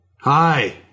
Hi